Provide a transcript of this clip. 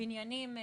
לבניינים ציבוריים,